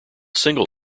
single